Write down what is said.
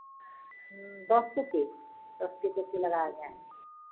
ᱫᱚᱥ ᱠᱚᱯᱤ ᱫᱚᱥᱴᱤ ᱠᱚᱯᱤ ᱞᱟᱜᱟᱣ ᱤᱧᱟ